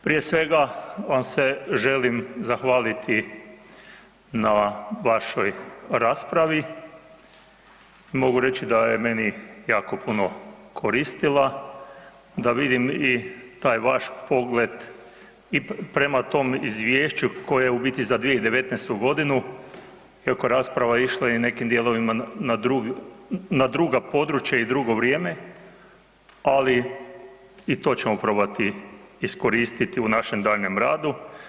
Prije svega vam se želim zahvaliti na vašoj raspravi, mogu reći da je meni jako puno koristila, da vidim i taj vaš pogled prema tom izvješću koje je u biti za 2019. g., iako je rasprava išla i u nekim dijelovima na druga područja i drugo vrijeme, ali i to ćemo probati iskoristiti u našem daljnjem radu.